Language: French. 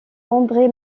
andré